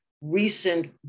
recent